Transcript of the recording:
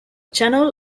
channel